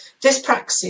Dyspraxia